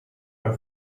her